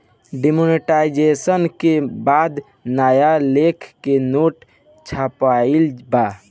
demonetisation के बाद नया लेखा के नोट छपाईल बा